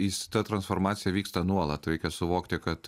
jis ta transformacija vyksta nuolat reikia suvokti kad